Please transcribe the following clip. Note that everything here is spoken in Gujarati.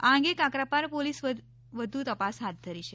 આ અંગે કાકરાપાર પોલીસે વધુ તપાસ હાથ ધરી છે